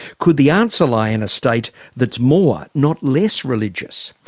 could the answer lie in a state that's more not less religious,